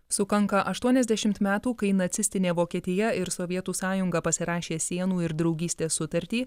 sukanka aštuoniasdešimt metų kai nacistinė vokietija ir sovietų sąjunga pasirašė sienų ir draugystės sutartį